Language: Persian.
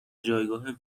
جایگاه